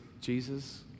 Jesus